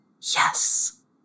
Yes